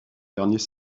derniers